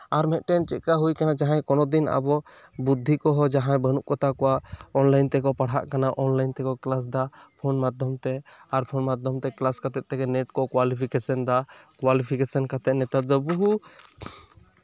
ᱟᱨ ᱢᱤᱫᱴᱮᱱ ᱪᱮᱫ ᱠᱟ ᱦᱩᱭ ᱠᱟᱱᱟ ᱡᱟᱦᱟᱸᱭ ᱠᱚᱱᱳ ᱫᱤᱱ ᱟᱵᱚ ᱵᱩᱫᱽᱫᱷᱤ ᱠᱚᱦᱚᱸ ᱡᱟᱦᱟᱸᱭ ᱵᱟᱹᱱᱩᱜ ᱠᱚᱛᱟ ᱠᱚᱣᱟ ᱚᱱᱞᱟᱭᱤᱱ ᱛᱮᱠᱚ ᱯᱟᱲᱦᱟᱜ ᱠᱟᱱᱟ ᱚᱱᱞᱟᱭᱤᱱ ᱛᱮᱠᱚ ᱠᱞᱟᱥ ᱫᱟ ᱯᱷᱳᱱ ᱢᱟᱫᱽᱫᱷᱚᱢ ᱛᱮ ᱟᱨ ᱯᱷᱳᱱ ᱢᱟᱫᱽᱫᱷᱚᱢ ᱛᱮ ᱠᱞᱟᱥ ᱠᱟᱛᱮᱜ ᱛᱮᱜᱮ ᱱᱮᱹᱴ ᱠᱚ ᱠᱳᱣᱟᱞᱤᱯᱷᱤᱠᱮᱥᱮᱱ ᱫᱟ ᱠᱚᱣᱟᱞᱤᱯᱷᱤᱠᱮᱥᱮᱱ ᱠᱟᱛᱮᱜ ᱫᱚ ᱱᱮᱛᱟᱨ ᱫᱚ ᱵᱩᱦᱩ